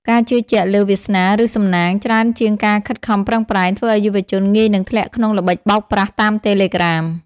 ការជឿជាក់លើ "វាសនា" ឬ "សំណាង" ច្រើនជាងការខិតខំប្រឹងប្រែង ធ្វើឱ្យយុវជនងាយនឹងធ្លាក់ក្នុងល្បិចបោកប្រាស់តាមតេឡេក្រាម